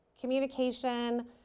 communication